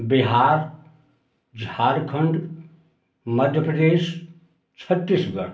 Bihar Jharkhand Madhya Pradesh Chhattisgarh